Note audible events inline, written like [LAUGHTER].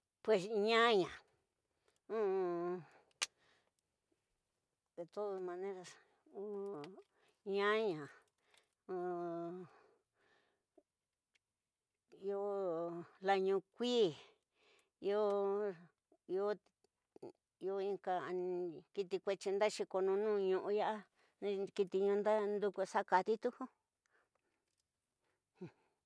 Pues ñaña [HESITATION] todas maneras ñaña iyo la ñukui iyo, iyo inka kiti kuetiyi ndaxi ko ñu ñinu ñu ña kiti ñu nduku xakati tu nxu.